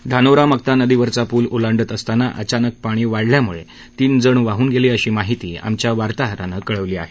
धानोरा मक्ता नदीवरचा पुल ओलांडत असताना अचानाक पाणी वाढल्यामुळे तीन जण वाहन गेले अशी माहिती आमच्या वार्ताहरानं कळवली आहे